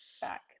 back